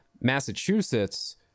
Massachusetts